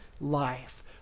life